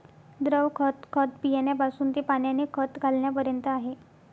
द्रव खत, खत बियाण्यापासून ते पाण्याने खत घालण्यापर्यंत आहे